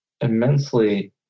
immensely